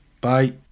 bye